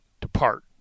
depart